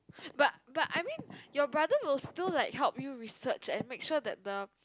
but but I mean your brother will still like help you research and make sure that the